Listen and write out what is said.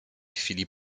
chwili